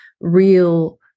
real